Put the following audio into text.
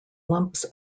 lumps